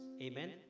Amen